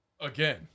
again